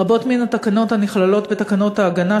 רבות מן התקנות הנכללות בתקנות ההגנה,